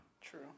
True